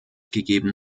gegeben